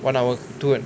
one hour towar~